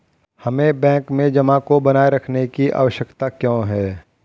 हमें बैंक में जमा को बनाए रखने की आवश्यकता क्यों है?